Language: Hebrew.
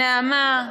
נעמה,